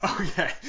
Okay